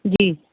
جی